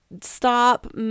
stop